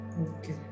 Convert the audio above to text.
Okay